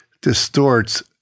distorts